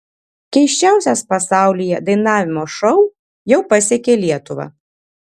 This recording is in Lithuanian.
keisčiausias pasaulyje dainavimo šou jau pasiekė lietuvą